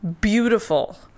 beautiful